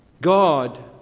God